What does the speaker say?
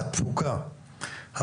התפוקה,